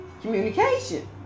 communication